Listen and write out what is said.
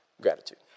Gratitude